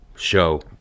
show